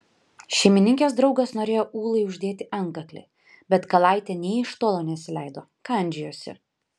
šeimininkės draugas norėjo ūlai uždėti antkaklį bet kalaitė nė iš tolo nesileido kandžiojosi